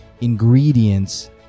ingredients